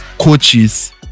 coaches